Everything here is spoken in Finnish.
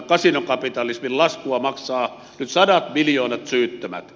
kasinokapitalismin laskua maksavat nyt sadat miljoonat syyttömät